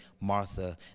Martha